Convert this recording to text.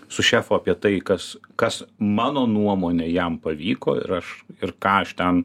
su šefu apie tai kas kas mano nuomone jam pavyko ir aš ir ką aš ten